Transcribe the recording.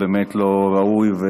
זה באמת לא ראוי.